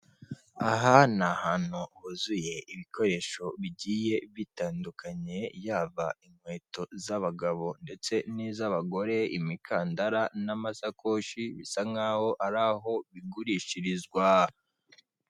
Amafaranga y'amadorari azinze mu mifungo akaba ari imifungo itandatu iyi mifungo uyibonye yaguhindurira ubuzima rwose kuko amadolari ni amafaranga menshi cyane kandi avunjwa amafaranga menshi uyashyize mumanyarwanda rero uwayaguha wahita ugira ubuzima bwiza.